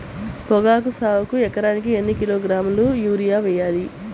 పొగాకు సాగుకు ఎకరానికి ఎన్ని కిలోగ్రాముల యూరియా వేయాలి?